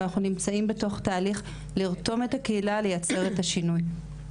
אבל אנחנו נמצאים בתוך תהליך לרתום את הקהילה לייצר את השינוי.